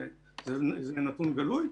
שזה נתון גלוי,